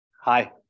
Hi